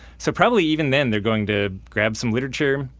so probably even then they're going to grab some literature,